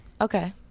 okay